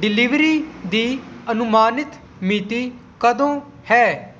delivery ਦੀ ਅਨੁਮਾਨਿਤ ਮਿਤੀ ਕਦੋਂ ਹੈ